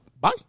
bye